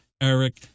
Eric